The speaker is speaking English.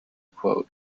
quote